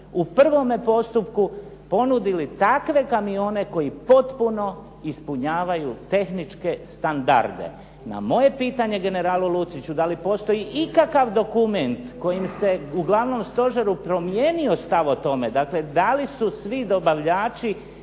u prvome postupku ponudili takve kamione koji potpuno ispunjavaju tehničke standarde. Na moje pitanje generalu Luciču da li postoji ikakav dokument kojim se u Glavnom stožeru promijenio stav o tome, dakle, da li su svi dobavljači